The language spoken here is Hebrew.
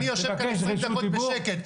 אני יושב כאן 20 דקות בשקט,